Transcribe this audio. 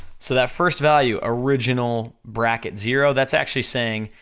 so that first value original bracket, zero, that's actually saying,